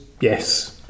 yes